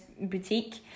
boutique